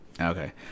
Okay